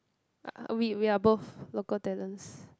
uh we we are both local talents